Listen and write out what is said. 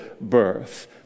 birth